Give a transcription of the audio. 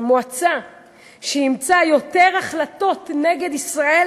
שמועצה שאימצה יותר החלטות נגד ישראל